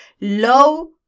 low